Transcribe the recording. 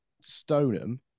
Stoneham